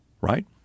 Right